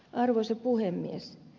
arvoisa puhemies